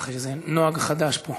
זה נוהג חדש פה.